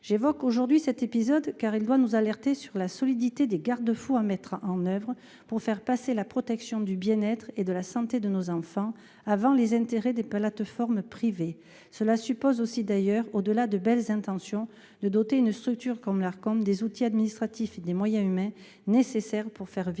j'évoque aujourd'hui cet épisode car il doit nous alerter sur la solidité des garde-fous à mettre en oeuvre pour faire passer la protection du bien-être et de la santé de nos enfants avant les intérêts des plateformes privées. Cela suppose aussi d'ailleurs au au-delà de belles intentions de doter une structure comme l'art comme des outils administratifs et des moyens humains nécessaires pour faire vivre